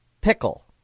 Pickle